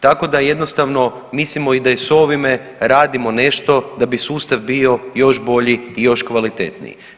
Tako da jednostavno mislimo i da s ovime radimo nešto da bi sustav bio još bolji i još kvalitetniji.